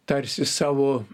tarsi savo